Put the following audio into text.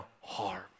harm